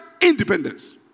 independence